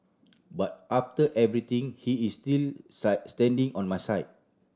but after everything he is still standing on my side